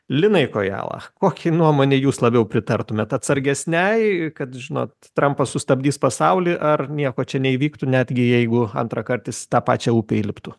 linai kojala kokiai nuomonei jūs labiau pritartumėt atsargesniai kad žinot trampas sustabdys pasaulį ar nieko čia neįvyktų netgi jeigu antrą kartą jis tą pačią upę įliptų